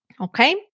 Okay